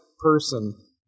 person